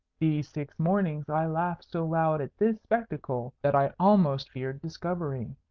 these six mornings i laughed so loud at this spectacle, that i almost feared discovery.